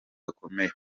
gakomeye